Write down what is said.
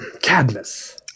Cadmus